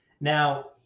Now